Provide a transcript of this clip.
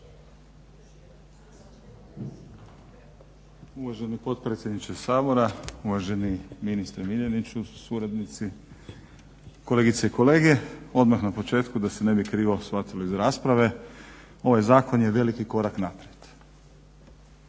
Uvaženi potpredsjedniče Sabora, uvaženi ministre Miljeniću, suradnici, kolegice i kolege. Odmah na početku, da se ne bi krivo shvatilo iz rasprave, ovaj zakon je veliki korak naprijed.